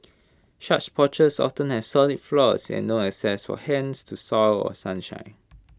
such porches often have solid floors and no access for hens to soil or sunshine